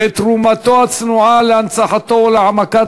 ואת תרומתנו הצנועה להנצחתו ולהעמקת